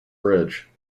bridge